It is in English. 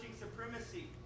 supremacy